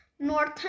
Northern